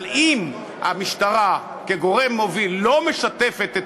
אבל אם המשטרה כגורם מוביל לא משתפת את